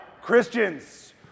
Christians